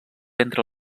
entre